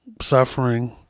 suffering